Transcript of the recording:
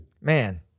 man